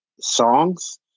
songs